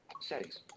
Settings